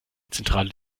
zentrale